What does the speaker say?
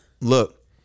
look